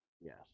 Yes